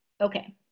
Okay